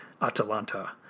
Atalanta